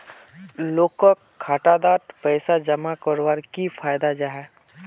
लोगोक खाता डात पैसा जमा कवर की फायदा जाहा?